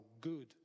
good